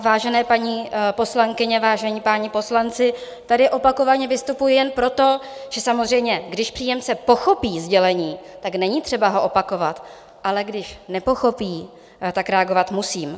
Vážené paní poslankyně, vážení páni poslanci, tady opakovaně vystupuji jen proto, že samozřejmě když příjemce pochopí sdělení, není třeba ho opakovat, ale když nepochopí, tak reagovat musím.